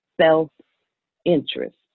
self-interest